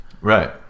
Right